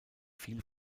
viel